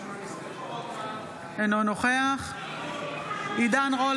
אינו נוכח עידן רול,